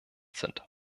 sind